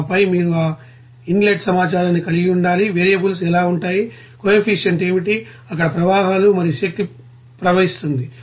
ఆపై మీరు ఆ ఇన్లెట్ సమాచారాన్ని కలిగి ఉండాలి వేరియబుల్స్ ఎలా ఉంటాయి కోఎఫిసిఎంట్ ఏమిటి అక్కడ ప్రవాహాలు మరియు శక్తి ప్రవహిస్తుంది